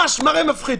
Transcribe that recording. ממש מראה מפחיד.